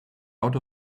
out